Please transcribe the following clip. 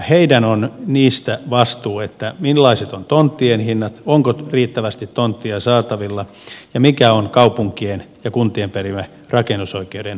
niiden on vastuu siitä millaiset ovat tonttien hinnat onko riittävästi tontteja saatavilla ja mikä on kaupunkien ja kuntien perimä rakennusoikeuden hinta